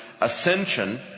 ascension